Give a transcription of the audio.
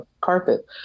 carpet